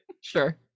Sure